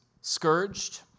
scourged